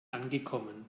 angekommen